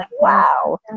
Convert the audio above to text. Wow